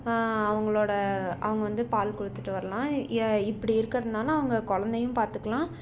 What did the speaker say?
அவங்களோட அவங்க வந்து பால் கொடுத்துட்டு வரலாம் இப்படி இருக்கிறதனால அவங்க குழந்தையும் பார்த்துக்கலாம்